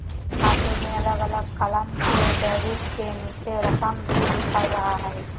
खाते में अलग अलग कालम में डेबिट के नीचे रकम भी लिखल रहा हइ